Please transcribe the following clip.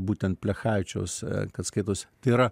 būtent plechavičiaus kad skaitosi tai yra